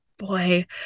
Boy